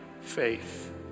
faith